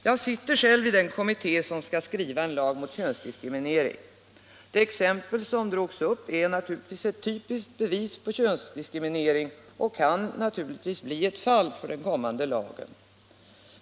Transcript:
Jag sitter själv med i den kommitté som skall skriva en lag mot könsdiskriminering. Det exempel som här togs upp är ett typiskt bevis på könsdiskriminering och kan naturligtvis bli ett exempel för den kommande lagen.